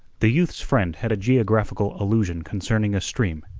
the youth's friend had a geographical illusion concerning a stream,